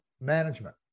management